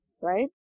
right